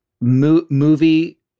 movie